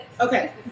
Okay